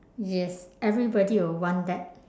yes everybody will want that